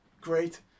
Great